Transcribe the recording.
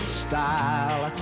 style